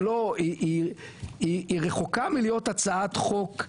היא רחוקה מלהיות הצעת חוק,